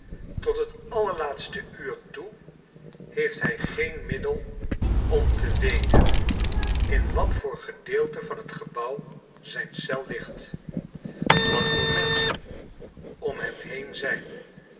tot het allerlaatste uur toe heeft hij geen middel om te weten in wat voor gedeelte van tgebouw zijn eel ligt wat voor menschen om hem heen zijn